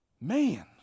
man